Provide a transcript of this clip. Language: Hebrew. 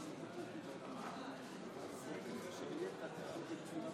אנא קרא בשמות חברי